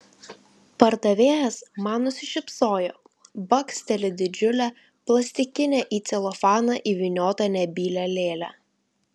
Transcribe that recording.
pardavėjas man nusišypso baksteli didžiulę plastikinę į celofaną įvyniotą nebylią lėlę